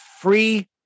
free